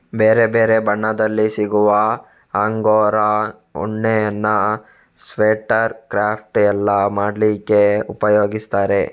ಬೇರೆ ಬೇರೆ ಬಣ್ಣದಲ್ಲಿ ಸಿಗುವ ಅಂಗೋರಾ ಉಣ್ಣೆಯನ್ನ ಸ್ವೆಟರ್, ಕ್ರಾಫ್ಟ್ ಎಲ್ಲ ಮಾಡ್ಲಿಕ್ಕೆ ಉಪಯೋಗಿಸ್ತಾರೆ